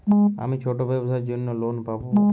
আমি ছোট ব্যবসার জন্য লোন পাব?